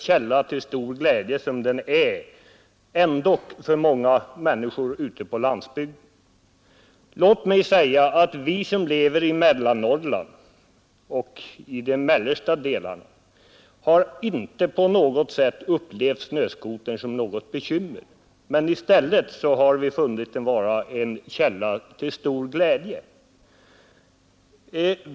Vi som lever i de mellersta delarna av Norrland har dock inte på något sätt upplevt snöskotern som ett bekymmer; i stället har vi kunnat konstatera att den ofta är en källa till stor glädje.